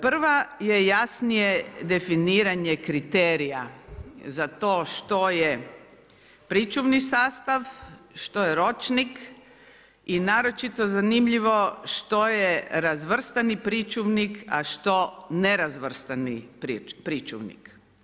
Prva je jasnije definiranje kriterija za to što je pričuvni sastav, što je ročnik i naročito zanimljivo što je razvrstani pričuvnik, a što ne razvrstani pričuvnik.